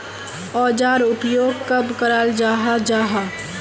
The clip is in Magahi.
औजार उपयोग कब कराल जाहा जाहा?